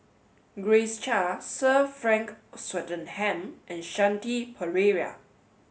Grace Chia Sir Frank Swettenham and Shanti Pereira